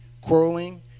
quarreling